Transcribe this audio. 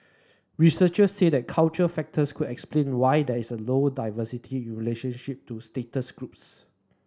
researcher said cultural factors could explain why there is low diversity in relationship to status groups